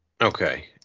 okay